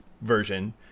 version